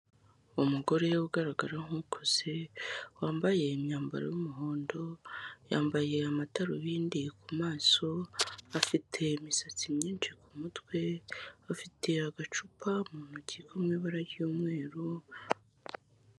Umugore ugaragara nk'ukuze, wambaye imyambaro y'umuhondo, yambaye amadarubindi ku maso, afite imisatsi myinshi ku mutwe, afite agacupa mu ntoki ko mu ibara ry'umweru.